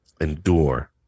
endure